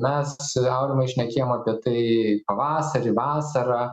mes aurimai šnekėjom apie tai pavasarį vasarą